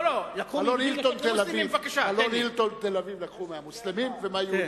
מלון "הילטון" תל-אביב, לקחו מהמוסלמים ומהיהודים.